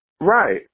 Right